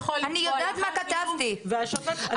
שירות בתי הסוהר יכול לקבוע.